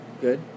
Good